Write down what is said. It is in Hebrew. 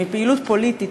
מפעילות פוליטית,